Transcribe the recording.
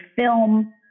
film